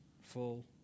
full